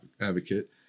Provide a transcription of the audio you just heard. advocate